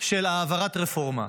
של העברת רפורמה,